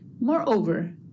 Moreover